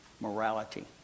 morality